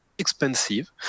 expensive